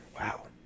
Wow